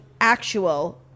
actual